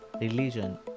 religion